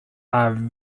are